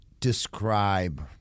describe